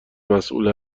مسئول